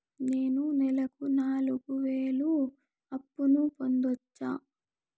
నేను నెలకు నాలుగు వేలు అప్పును పొందొచ్చా?